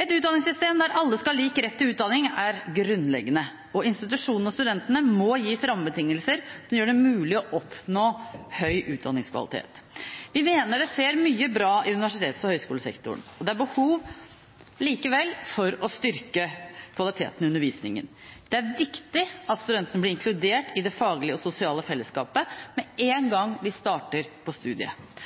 Et utdanningssystem der alle skal ha lik rett til utdanning, er grunnleggende, og institusjonene og studentene må gis rammebetingelser som gjør det mulig å oppnå høy utdanningskvalitet. Vi mener det skjer mye bra i universitets- og høyskolesektoren. Det er likevel behov for å styrke kvaliteten i undervisningen. Det er viktig at studentene blir inkludert i det faglige og sosiale fellesskapet med én gang de starter på studiet.